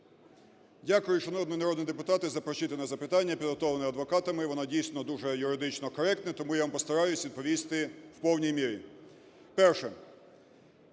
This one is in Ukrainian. Дякую, шановний народний депутате, за прочитане запитання, підготовлене адвокатами. Воно, дійсно, дуже юридично коректне, тому я вам постараюся відповісти в повній мірі. Перше.